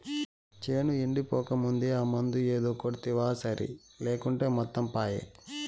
చేను ఎండిపోకముందే ఆ మందు ఏదో కొడ్తివా సరి లేకుంటే మొత్తం పాయే